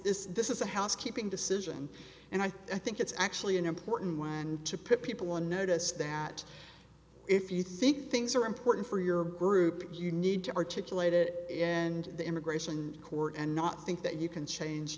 s this is a housekeeping decision and i think it's actually an important one and to put people on notice that if you think things are important for your group you need to articulate it and the immigration court and not think that you can change